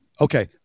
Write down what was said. Okay